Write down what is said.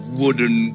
wooden